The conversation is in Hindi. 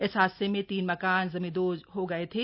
इस हादसे में तीन मकान जमींदोज हो गये थे